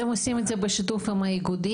ואתם עושים את זה בשיתוף עם האיגודים?